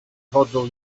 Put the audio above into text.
chodzą